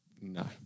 No